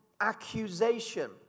accusation